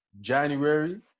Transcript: January